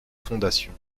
fondation